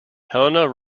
helena